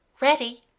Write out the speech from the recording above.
Ready